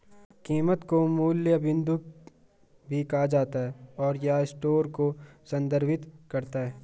कीमत को मूल्य बिंदु भी कहा जाता है, और यह स्टोर को संदर्भित करता है